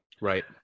Right